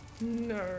No